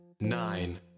Nine